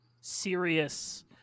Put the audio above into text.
serious